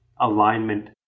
alignment